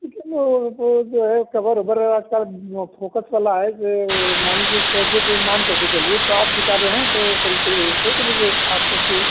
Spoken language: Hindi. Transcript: क्योंकि वो वो जो है कबर ओबर आज काल वो फोकट वाला है जो मान लीजिए सौ रुपये के मानकर के चलिए पाँच किताबें हैं तो करीब करीब ऐसे सोच लीजिए आठ सौ से